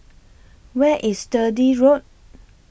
Where IS Sturdee Road